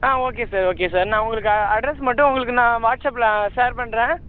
okay sir okay sir நான் உங்களுக்கு address மட்டும் உங்களுக்கு நான் வாட்ஸ்ஆப்பில் ஷேர் பண்றேன்